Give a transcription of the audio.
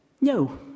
no